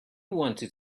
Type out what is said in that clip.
wanted